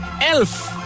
Elf